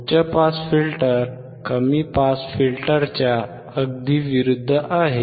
उच्च pass filter कमी pass फिल्टरच्या अगदी विरुद्ध आहे